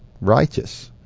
righteous